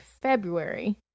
February